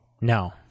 No